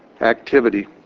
activity